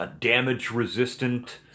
damage-resistant